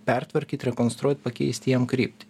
pertvarkyt rekonstruot pakeisti jam kryptį